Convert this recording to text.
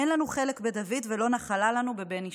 אין לנו חלק בדוד ולא נחלה לנו בבן ישי.